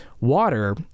Water